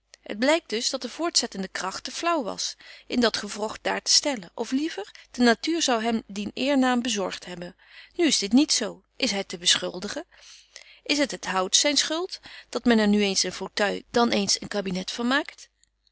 het blykt dus dat de voortzettende kragt te flaauw was in dat gewrogt daar te stellen of liever de natuur zou hem dien eernaam bezorgt hebben nu is betje wolff en aagje deken historie van mejuffrouw sara burgerhart dit zo niet is hy te beschuldigen is het het hout zyn schuld dat men er nu eens een fauteuil dan eens een kabinet